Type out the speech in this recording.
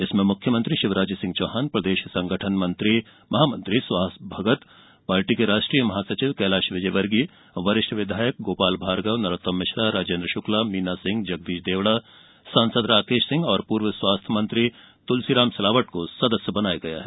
इसमें मुख्यमंत्री शिवराज सिंह चौहान प्रदेश संगठन महामंत्री सुहास भगत पार्टी के राष्ट्रीय महासचिव कैलाश विजयवर्गीय वरिष्ठ विधायक गोपाल भार्गव नरोत्तम मिश्रा राजेन्द्र शुक्ला मीना सिंह जगदीश देवड़ा सांसद राकेश सिंह और पूर्व स्वास्थ्य मंत्री तुलसीराम सिलावट को संदस्य बनाया गया है